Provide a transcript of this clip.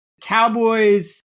Cowboys